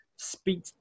speak